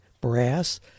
brass